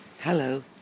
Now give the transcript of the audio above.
Hello